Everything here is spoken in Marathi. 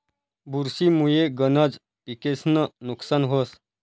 बुरशी मुये गनज पिकेस्नं नुकसान व्हस